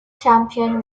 champion